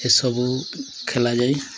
ଏସବୁ ଖେଳାଯାଏ